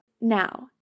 Now